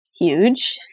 Huge